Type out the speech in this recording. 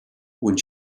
one